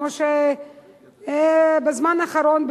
כמו שבזמן האחרון,